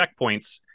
checkpoints